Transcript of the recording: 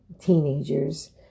teenagers